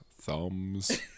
thumbs